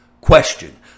question